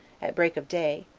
at break of day,